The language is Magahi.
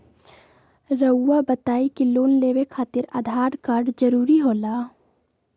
रौआ बताई की लोन लेवे खातिर आधार कार्ड जरूरी होला?